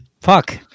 Fuck